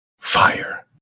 Fire